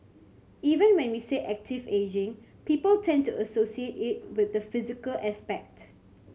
even when we say active ageing people tend to associate it with the physical aspect